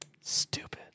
Stupid